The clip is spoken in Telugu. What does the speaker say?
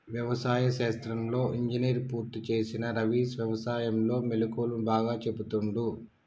వ్యవసాయ శాస్త్రంలో ఇంజనీర్ పూర్తి చేసిన రవి వ్యసాయం లో మెళుకువలు బాగా చెపుతుండు